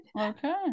okay